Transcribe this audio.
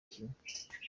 kimwe